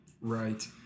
right